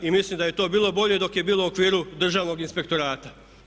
I mislim da je to bilo bolje dok je bilo u okviru državnog inspektorata.